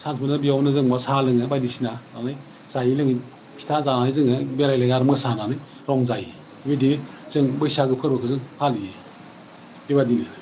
मोनो बेयावनो जों मा साहा लोङो बायदिसिना लानानै जायै लोङै फिथा जानानै जोङो बेरायलायो आरो मोसानानै रंजायो बिबायदि जों बैसागो फोरबोखौ जों फालियो बेबादिनो